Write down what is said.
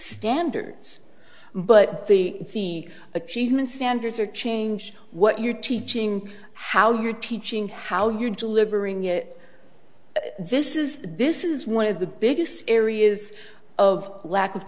standards but the achievement standards are change what you're teaching how you're teaching how you're delivering it this is this is one of the biggest areas of lack of